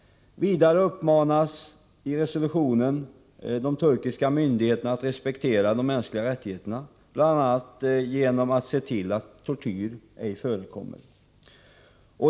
Vidare uppmanas i resolutionen de turkiska myndigheterna att respektera de mänskliga rättigheterna, bl.a. genom att se till att tortyr ej förekommer.